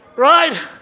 Right